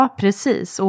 precis